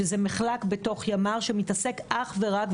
שזה מחלק בתוך ימ"ר שמתעסק אך ורק,